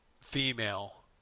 female